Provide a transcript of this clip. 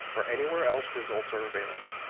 or anywhere else results are available.